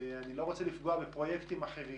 אני לא רוצה לפגוע בפרויקטים אחרים,